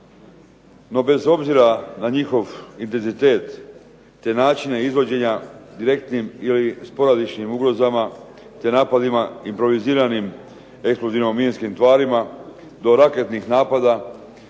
No, bez obzira na njihov intenzitet, te načine izvođenja direktnim ili sporadičnim ugrozama, te napadima improviziranim eksplozivno-minskim tvarima do raketnih napada,